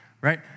right